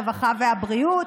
הרווחה והבריאות,